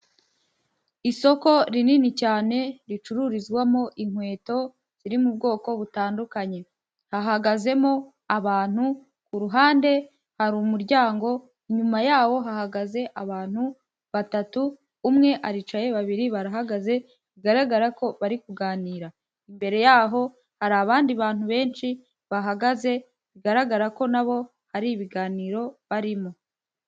Isoko rinini cyane ricururizwamo inkweto, ziri mu bwoko butandukanye. Hahagazemo abantu, ku ruhande hari umuryango, inyuma yawo hahagaze abantu batatu, umwe aricaye, babiri barahagaze, bigaragara ko bari kuganira. Imbere yaho hari abandi bantu benshi bahagaze, bigaragara ko na bo ari ibiganiro barimo.